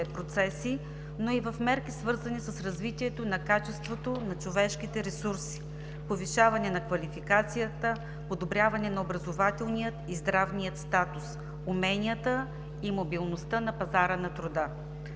процеси, но и в мерки, свързани с развитието на качеството на човешките ресурси, повишаване на квалификацията, подобряване на образователния и здравния статус, уменията и мобилността на пазара на труда.